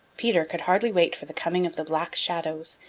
peter could hardly wait for the coming of the black shadows,